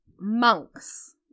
monks